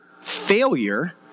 failure